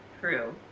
True